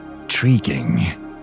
Intriguing